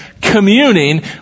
communing